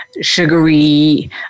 sugary